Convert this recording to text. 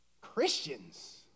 Christians